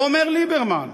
אומר ליברמן: